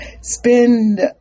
spend